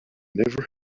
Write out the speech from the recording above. never